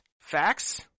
Facts